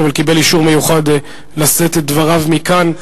אבל קיבל אישור מיוחד לשאת את דבריו מכאן.